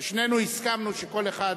שנינו הסכמנו שכל אחד,